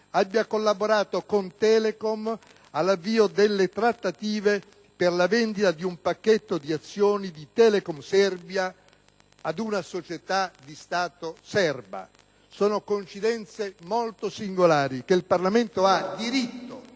abbia collaborato con Telecom all'avvio delle trattative per la vendita di un pacchetto di azioni di Telekom Serbia ad una società di Stato serba. Sono coincidenze molto singolari, che il Parlamento ha il diritto